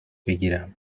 بکیرم